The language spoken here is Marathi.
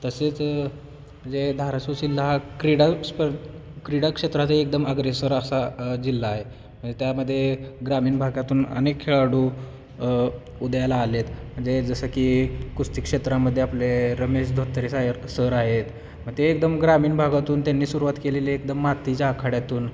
तसेच जे धाराशिव जिल्हा हा क्रीडा स्पर्धा क्रीडा क्षेत्राचा एकदम अग्रेसर असा जिल्हा आहे त्यामध्ये ग्रामीण भागातून अनेक खेळाडू उदयायला आले आहेत म्हणजे जसं की कुस्ती क्षेत्रामध्ये आपले रमेश धोत्रे सर आहेत मग ते एकदम ग्रामीण भागातून त्यांनी सुरुवात केलेली एकदम मातीच्या आखाड्यातून